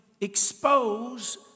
expose